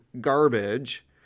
garbage